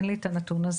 אין לי את הנתון הזה.